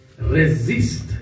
resist